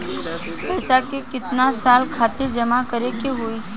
पैसा के कितना साल खातिर जमा करे के होइ?